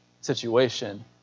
situation